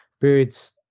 Birds